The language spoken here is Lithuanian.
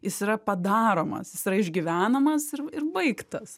jis yra padaromas jis yra išgyvenamas ir ir baigtas